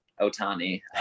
Otani